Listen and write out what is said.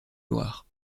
loir